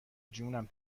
جونم